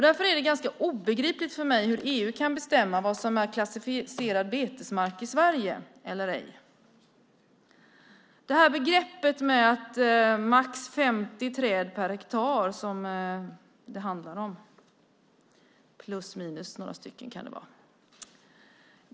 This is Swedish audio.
Därför är det ganska obegripligt för mig hur EU kan bestämma vad som är klassificerad betesmark i Sverige eller ej, alltså det här med max 50 träd per hektar som det handlar om - plus minus några stycken kan det vara.